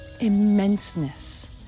immenseness